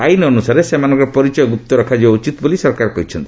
ଆଇନ ଅନୁସାରେ ସେମାନଙ୍କର ପରିଚୟ ଗୁପ୍ତ ରଖାଯିବା ଉଚିତ ବୋଲି ସରକାର କହିଛନ୍ତି